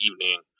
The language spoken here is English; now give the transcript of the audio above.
evening